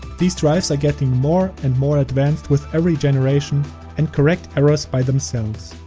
these drives are getting more and more advanced with every generation and correct errors by themselves.